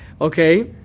okay